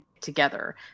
together